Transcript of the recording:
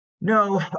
No